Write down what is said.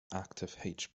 active